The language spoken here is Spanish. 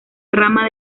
rama